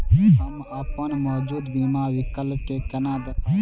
हम अपन मौजूद बीमा विकल्प के केना देखब?